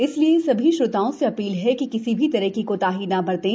इसलिए सभी श्रोताओं से अपील है कि किसी भी तरह की कोताही न बरतें